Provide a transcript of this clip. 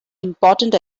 important